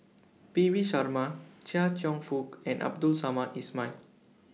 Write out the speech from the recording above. P V Sharma Chia Cheong Fook and Abdul Samad Ismail